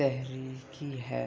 تحریکی ہے